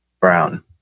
brown